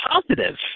positive